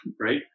right